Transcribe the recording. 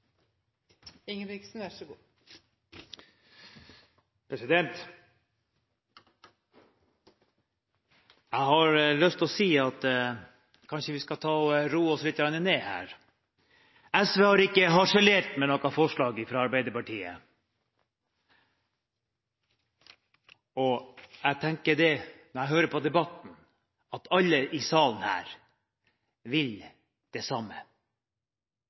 har lyst til å si at vi kanskje skal roe oss litt ned her. Sosialistisk Venstreparti har ikke harselert med noe forslag fra Arbeiderpartiet. Jeg tenker, når jeg hører på debatten, at alle i salen her vil det samme.